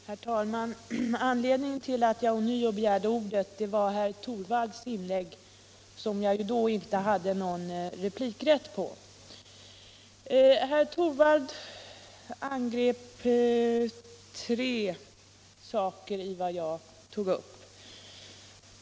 Herr talman! Anledningen till att jag ånyo begärt ordet var herr Tor = Vissa alkoholoch walds inlägg, som jag då inte hade replikrätt på. Herr Torwald angrep = narkotikafrågor tre saker i vad jag tog upp.